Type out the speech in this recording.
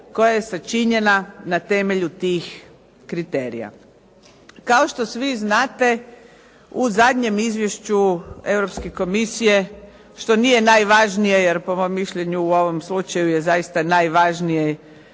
koja je sačinjena na temelju tih kriterija. Kao što svi znate u zadnjem izvješću Europske Komisije, što nije na najvažnije jer po mom mišljenju u ovom slučaju je zaista najvažnije